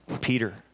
Peter